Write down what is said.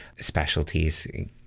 specialties